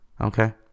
okay